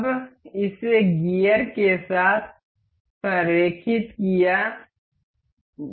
अब इसे गियर के साथ संरेखित किया गया है